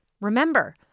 remember